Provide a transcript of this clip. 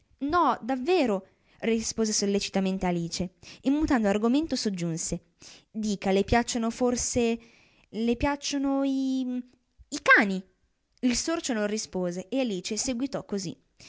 no davvero rispose sollecitamente alice e mutando argomento soggiunse dica le piacciono forse le piacciono i i cani il sorcio non rispose e alice seguitò così